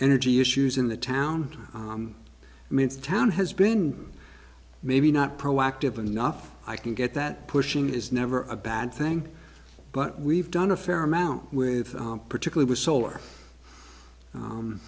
energy issues in the town means town has been maybe not proactive and enough i can get that pushing is never a bad thing but we've done a fair amount with particular with solar